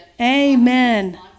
amen